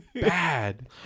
bad